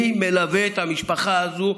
מי מלווה את המשפחה הזאת?